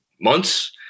months